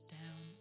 down